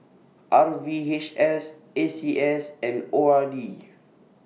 R V H S A C S and O R D